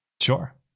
Sure